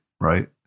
right